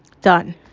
done